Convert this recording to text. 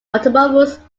automobiles